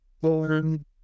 Born